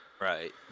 Right